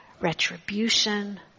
retribution